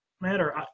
Matter